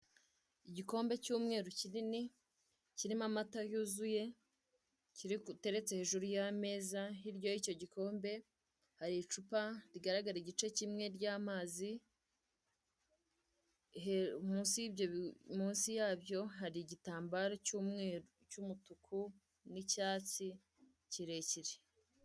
Igikombe cy'umweru kinini kirimo amata yuzuye giteretse hejuru y'ameza hirya y'icyo gikombe hari icupa rigaragara igice kimwe ry'amazi, munsi yabyo hari igitambaro cy'umweru cy'umutuku n'icyatsi kirekire.